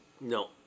No